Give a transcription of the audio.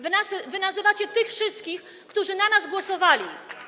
Wy nazywacie tych wszystkich, którzy na nas głosowali.